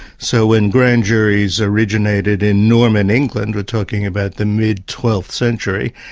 so when grand juries originated in norman england, we're talking about the mid twelfth century,